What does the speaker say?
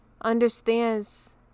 understands